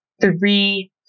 three